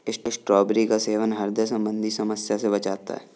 strawberry का सेवन ह्रदय संबंधी समस्या से बचाता है